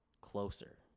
closer